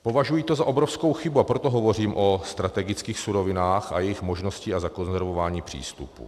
Považuji to za obrovskou chybu, a proto hovořím o strategických surovinách a jejich možnosti a zakonzervování přístupu.